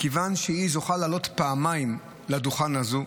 מכיוון שהיא זוכה לעלות פעמיים לדוכן הזה.